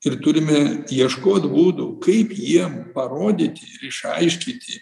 ir turime ieškot būdų kaip jiem parodyti ir išaiškinti